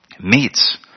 meets